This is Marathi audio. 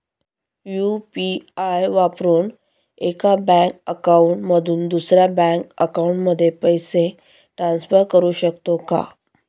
यु.पी.आय वापरून एका बँक अकाउंट मधून दुसऱ्या बँक अकाउंटमध्ये पैसे ट्रान्सफर करू शकतो का?